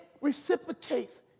reciprocates